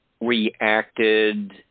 reacted